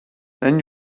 then